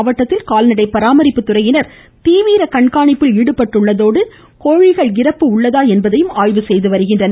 மாவட்டத்தில் கால்நடை பராமரிப்புத்துறையினர் தீவிர கண்காணிப்பில் ஈடுபட்டுள்ளதோடு கோழிகள் இறப்பு உள்ளதா என்பதையும் ஆய்வு செய்து வருகின்றனர்